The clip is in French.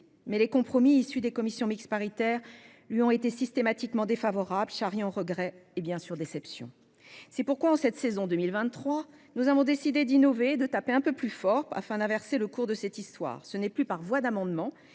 mais les compromis issus des commissions mixtes paritaires lui ont été systématiquement défavorables, charriant regrets et déceptions. C'est pourquoi, en cette saison 2023, nous avons décidé d'innover et de « taper plus fort », afin d'inverser le cours de cette histoire. Ainsi, c'est par le biais d'une